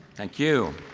thank you.